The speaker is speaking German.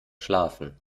schlafen